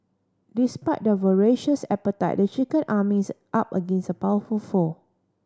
despite their voracious appetite the chicken army is up against a powerful foe